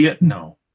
No